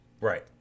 right